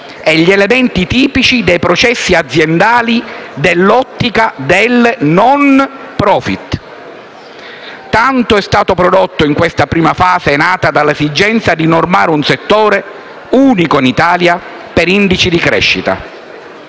e gli elementi tipici dei processi aziendali nell'ottica del *non profit*. Tanto è stato prodotto in questa prima fase nata dall'esigenza di normare un settore, unico in Italia, per indici di crescita.